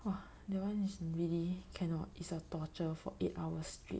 !wah! that one is really cannot is a torture for eight hours straight